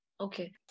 Okay